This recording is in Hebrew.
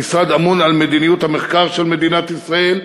המשרד אמון על מדיניות המחקר של מדינת ישראל,